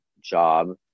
job